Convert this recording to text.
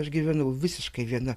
aš gyvenau visiškai viena